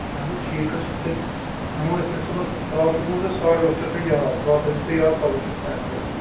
اَدٕ ٹھیٖک حظ چھُ تیٚلہِ نِمو أسۍ صُبحس فِلہال تھوٚوٕ مےٚ ساڑ ٲٹھ شیٚتھ تُہۍ یاد فِلہال تھٲوِو تُہۍ یاد پَتہٕ وُچھو کیٛاہ کٔرو